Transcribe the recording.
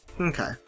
okay